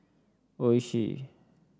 Oishi